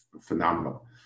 phenomenal